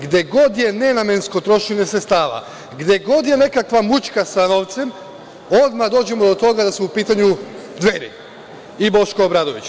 Gde god je nenamensko trošenje sredstava, gde god je nekakva mućka sa novcem, odmah dođemo do toga da su u pitanju Dveri i Boško Obradović.